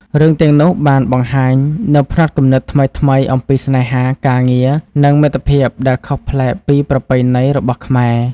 រឿងទាំងនោះបានបង្ហាញនូវផ្នត់គំនិតថ្មីៗអំពីស្នេហា ការងារ និងមិត្តភាពដែលខុសប្លែកពីប្រពៃណីរបស់ខ្មែរ។